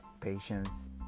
Patience